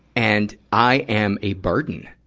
and i am a burden.